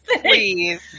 Please